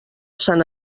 sant